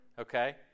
Okay